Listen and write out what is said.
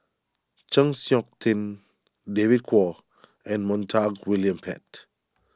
Chng Seok Tin David Kwo and Montague William Pett